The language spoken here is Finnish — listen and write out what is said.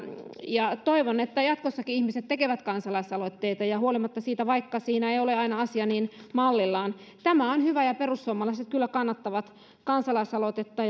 ja toivon että jatkossakin ihmiset tekevät kansalaisaloitteita huolimatta siitä että siinä ei olisi aina asia niin mallillaan tämä on hyvä ja perussuomalaiset kyllä kannattavat kansalaisaloitetta